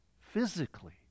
physically